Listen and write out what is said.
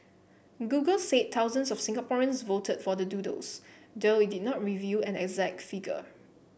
Google said thousands of Singaporeans voted for the doodles though it did not reveal and exact figure